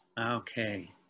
Okay